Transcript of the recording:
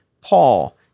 Paul